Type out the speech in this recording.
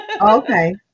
Okay